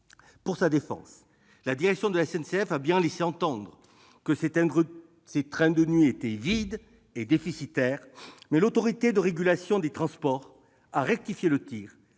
Pour sa défense, la direction de la SNCF a bien laissé entendre que ces trains de nuit étaient vides et que leur exploitation était déficitaire, mais l'Autorité de régulation des transports a rectifié le tir